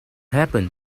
happen